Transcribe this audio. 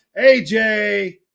AJ